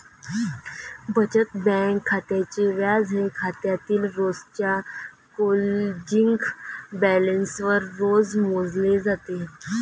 बचत बँक खात्याचे व्याज हे खात्यातील रोजच्या क्लोजिंग बॅलन्सवर रोज मोजले जाते